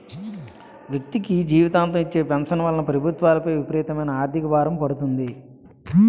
వ్యక్తికి జీవితాంతం ఇచ్చే పెన్షన్ వలన ప్రభుత్వాలపై విపరీతమైన ఆర్థిక భారం పడుతుంది